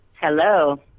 Hello